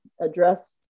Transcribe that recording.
address